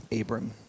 Abram